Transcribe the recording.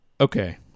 Okay